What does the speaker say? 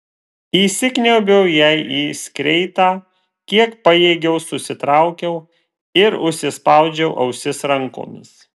įsikniaubiau jai į skreitą kiek pajėgiau susitraukiau ir užsispaudžiau ausis rankomis